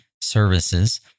services